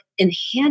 enhance